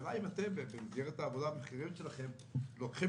השאלה אם במסגרת העבודה שלכם אתם לוקחים